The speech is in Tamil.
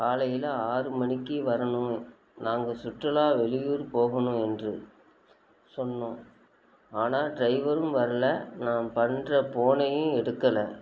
காலையில் ஆறு மணிக்கு வரணும் நாங்கள் சுற்றுலா வெளியூர் போகணும் என்று சொன்னோம் ஆனால் ட்ரைவரும் வர்லை நான் பண்ணுற ஃபோனையும் எடுக்கலை